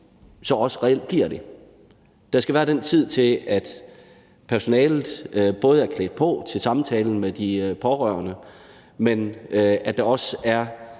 så også reelt bliver det. Der skal være tiden til, at personalet er klædt på til samtalen med de pårørende, men der skal